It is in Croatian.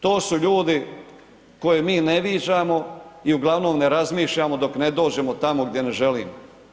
To su ljudi koje mi ne viđamo i uglavnom ne razmišljamo dok ne dođemo tamo gdje ne želimo.